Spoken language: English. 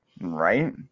right